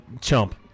chump